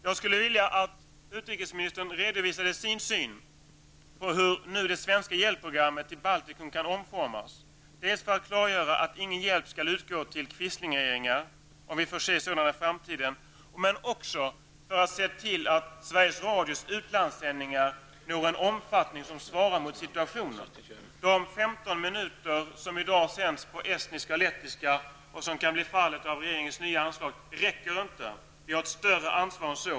Jag skulle vilja att utrikesministern redovisade sin syn på hur det svenska hjälpprogrammet i Baltikum nu kan omformas, dels för att klargöra att ingen hjälp skall utgå till quislingregeringar, om vi får se sådana i framtiden, dels för att se till att Sveriges Radios utlandssändningar når en omfattning som svarar mot situationen. De 15 minuter som i dag sänds på estniska och lettiska, och som även kan bli fallet med litauiska med regeringens nya anslag, räcker inte. Vi har ett större ansvar än så.